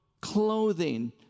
clothing